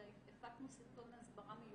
אלא הפקנו סרטון הסברה מיוחד,